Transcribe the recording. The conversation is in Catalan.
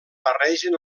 barregen